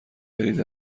برید